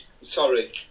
Sorry